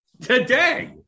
Today